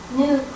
new